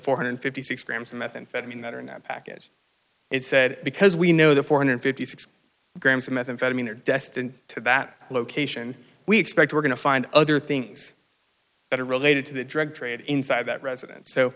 four hundred fifty six grams of methamphetamine that are now back it is said because we know that four hundred fifty six grams of methamphetamine are destined to that location we expect we're going to find other things that are related to the drug trade inside that residence so